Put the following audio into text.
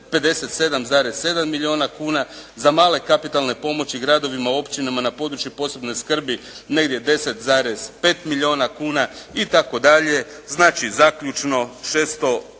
57,7 milijuna kuna, za male kapitalne pomoći gradovima i općinama na područje od posebne skrbi negdje 10,5 milijuna kuna, itd.. Znači zaključno 658 milijuna